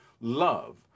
love